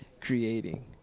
creating